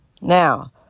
Now